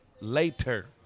later